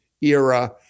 era